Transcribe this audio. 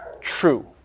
True